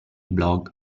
blog